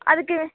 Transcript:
அதுக்கு